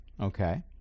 Okay